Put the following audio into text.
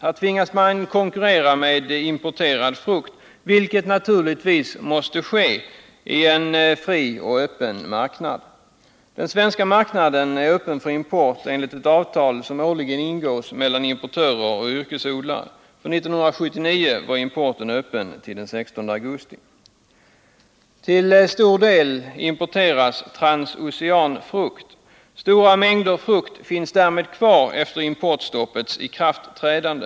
Där tvingas man konkurrera med importerad frukt — vilket naturligtvis måste ske i en fri och öppen marknad. Den svenska marknaden är öppen för import enligt avtal som årligen ingås mellan importörer och yrkesodlare. År 1979 var importen öppen till den 16 augusti. Till stor del importeras transocean frukt. Stora mängder frukt finns därmed kvar efter importstoppets ikraftträdande.